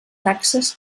taxes